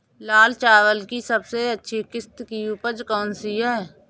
लाल चावल की सबसे अच्छी किश्त की उपज कौन सी है?